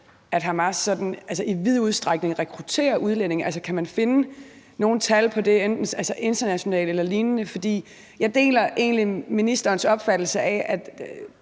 at Hamas sådan i vid udstrækning rekrutterer udlændinge, altså om man kan finde nogle tal på det internationalt eller lignende. For jeg deler jo egentlig ministerens opfattelse af,